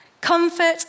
Comfort